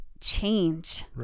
change